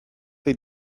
they